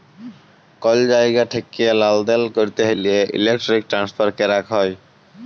call জায়গা ঠেকিয়ে লালদেল ক্যরতে হ্যলে ইলেক্ট্রনিক ট্রান্সফার ক্যরাক হ্যয়